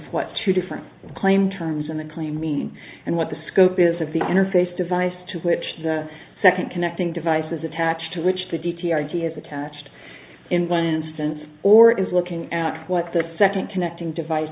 what two different claim terms in the claim mean and what the scope is of the interface device to which the second connecting devices attached to reach the d t r he has attached in one instance or is looking at what the second connecting device